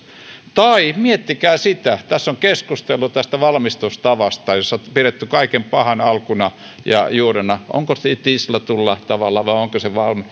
tai miettikää sitä että tässä on keskusteltu tästä valmistustavasta jossa on pidetty kaiken pahan alkuna ja juurena sitä onko se tehty tislatulla tavalla vai onko se vain